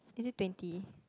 is it twenty